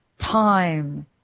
time